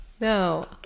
No